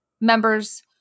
members